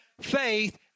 faith